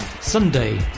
Sunday